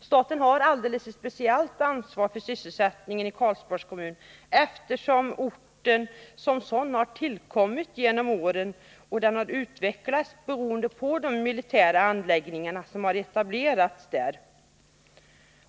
Staten har ett alldeles speciellt ansvar för sysselsättningen i Karlsborgs kommun, eftersom orten har tillkommit och utvecklats på grund av de militära anläggningar som etablerats där.